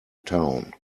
town